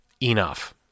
enough